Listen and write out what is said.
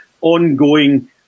Ongoing